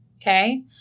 okay